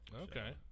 Okay